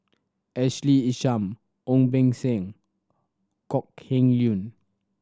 Ashley Isham Ong Beng Seng Kok Heng Leun